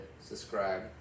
subscribe